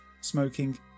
smoking